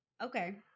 Okay